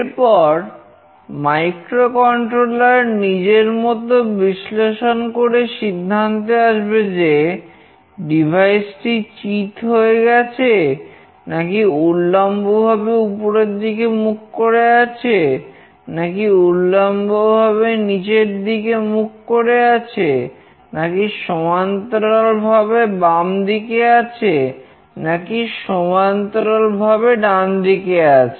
এরপর মাইক্রোকন্ট্রোলার নিজের মত বিশ্লেষণ করে সিদ্ধান্তে আসবে যে ডিভাইসটি চিৎ হয়ে গেছে নাকি উল্লম্বভাবে উপরের দিকে মুখ করে আছে নাকি উল্লম্বভাবে নিচের দিকে মুখ করে আছে নাকি সমান্তরালভাবে বামদিকে আছে নাকি সমান্তরালভাবে ডান দিকে আছে